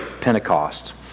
Pentecost